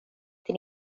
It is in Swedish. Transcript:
till